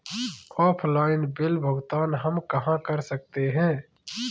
Offline bill भुगतान हम कहां कर सकते हैं?